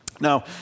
Now